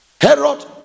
Herod